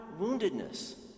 woundedness